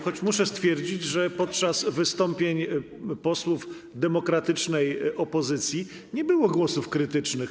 Choć muszę stwierdzić, że podczas wystąpień posłów demokratycznej opozycji nie było głosów krytycznych.